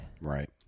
Right